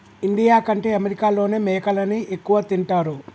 India కంటే అమెరికాలోనే మేకలని ఎక్కువ తింటారు